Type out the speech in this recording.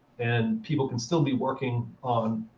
and people can still be working on